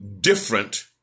different